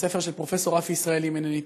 הספר של פרופ' רפי ישראלי, אם אינני טועה.